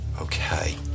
Okay